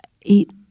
eat